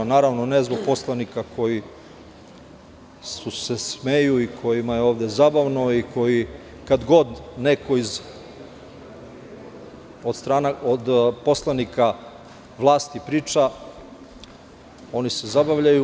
Naravno, ne zbog poslanika koji se smeju i kojima je ovde zabavno i koji kad kod neko od strane poslanika vlasti priča oni se zabavljaju.